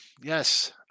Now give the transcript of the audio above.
Yes